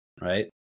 right